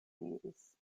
diris